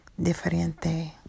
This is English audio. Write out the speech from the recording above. diferente